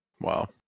Wow